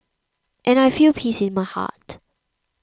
and I feel peace in my heart